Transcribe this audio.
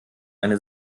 eine